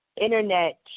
internet